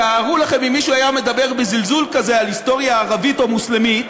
תארו לכם אם מישהו היה מדבר בזלזול כזה על היסטוריה ערבית או מוסלמית,